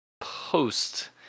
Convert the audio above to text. post